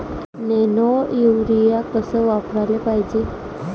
Nano urea कस वापराले पायजे?